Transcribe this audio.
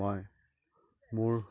মই মোৰ